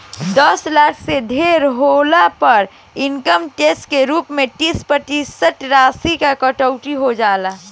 दस लाख से ढेर होला पर इनकम टैक्स के रूप में तीस प्रतिशत राशि की कटौती हो जाला